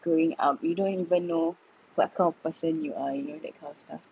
growing up you don't even know what kind of person you are you know that kind of stuff